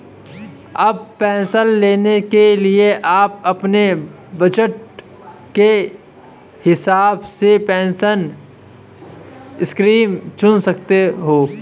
अब पेंशन लेने के लिए आप अपने बज़ट के हिसाब से पेंशन स्कीम चुन सकते हो